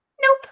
Nope